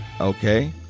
Okay